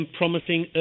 promising